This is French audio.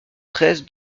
treize